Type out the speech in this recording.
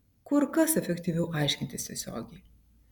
kur kas efektyviau aiškintis tiesiogiai